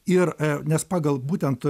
ir nes pagal būtent